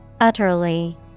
Utterly